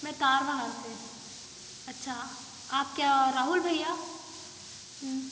मैं तारबाहर से अच्छा आप क्या राहुल भैया